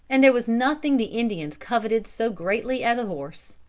and there was nothing the indians coveted so greatly as a horse.